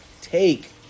take